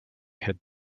had